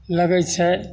लगय छै